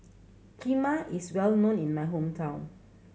kheema is well known in my hometown